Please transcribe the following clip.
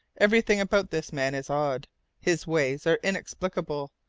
everything about this man is odd his ways are inexplicable,